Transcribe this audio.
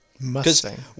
Mustang